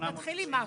צריך להתחיל עם משהו.